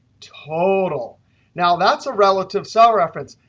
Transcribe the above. total now, that's a relative cell reference.